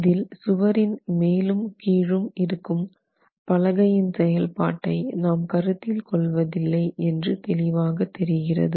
இதில் சுவரின் மேலும் கீழும் இருக்கும் பலகையின் செயல்பாட்டை நாம் கருத்தில் கொள்வதில்லை என்று தெளிவாக தெரிகிறது